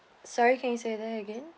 sorry can you say that again